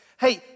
Hey